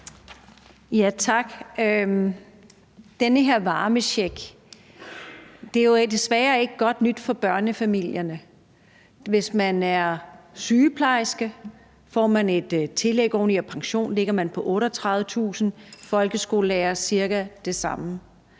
Tak. Den her varmecheck er jo desværre ikke godt nyt for børnefamilierne. Hvis man er sygeplejerske, får man et tillæg, og med pension oveni ligger man på 38.000 kr., og er man